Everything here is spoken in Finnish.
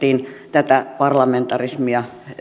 tätä parlamentarismia ja